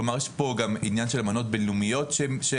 כלומר יש פה גם האמנות בינלאומיות שהמדינה